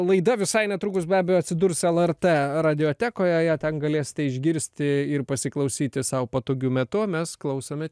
laida visai netrukus be abejo atsidurs lrt radiotekoje ten galėsite išgirsti ir pasiklausyti sau patogiu metu o mes klausome